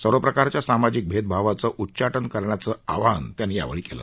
सर्व प्रकारच्या सामाजिक भेदभावाचं उच्चाटन करण्याचं आवाहन त्यांनी यावेळी केलं